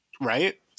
right